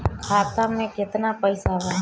खाता में केतना पइसा बा?